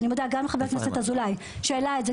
וגם בגלל שחבר הכנסת אזולאי העלה את זה,